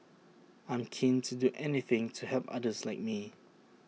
I'm keen to do anything to help others like me